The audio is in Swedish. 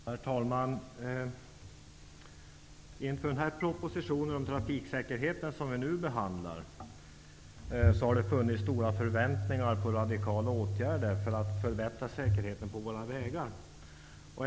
Herr talman! Inför denna proposition om trafiksäkerheten som vi nu behandlar, har det funnits stora förväntningar på radikala åtgärder för att förbättra säkerheten på våra vägar.